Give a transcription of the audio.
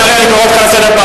תיתן תשובה, חבר הכנסת בן-ארי.